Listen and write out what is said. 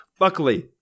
luckily